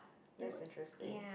that's interesting